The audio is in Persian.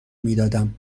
میدادم